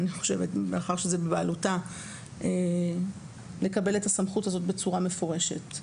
מאחר זה בבעלותה לקבל את הסמכות הזאת בצורה מפורשת.